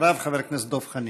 אחריו, חבר הכנסת דב חנין.